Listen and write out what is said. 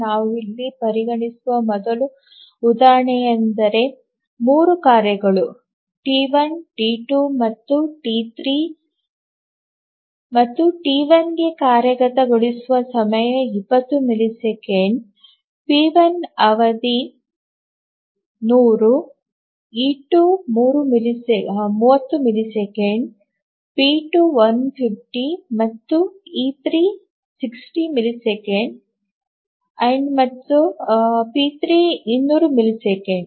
ನಾವು ಇಲ್ಲಿ ಪರಿಗಣಿಸುವ ಮೊದಲ ಉದಾಹರಣೆಯೆಂದರೆ 3 ಕಾರ್ಯಗಳು ಟಿ1 ಟಿ2 ಮತ್ತು ಟಿ3 ಮತ್ತು ಟಿ1 ಗೆ ಕಾರ್ಯಗತಗೊಳಿಸುವ ಸಮಯ 20 ಮಿಲಿಸೆಕೆಂಡ್ ಮತ್ತು ಪಿ1 ಅವಧಿ 100 ಇ2 30 ಮಿಲಿಸೆಕೆಂಡ್ ಪಿ2 150 ಮತ್ತು ಇ3 60 ಮಿಲಿಸೆಕೆಂಡ್ ಮತ್ತು ಪಿ 3 200 ಮಿಲಿಸೆಕೆಂಡ್